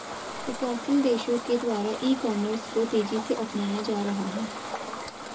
विकासशील देशों के द्वारा ई कॉमर्स को तेज़ी से अपनाया जा रहा है